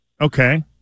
Okay